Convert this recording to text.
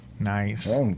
Nice